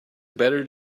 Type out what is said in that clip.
better